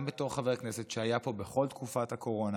גם בתור חבר כנסת שהיה פה בכל תקופת הקורונה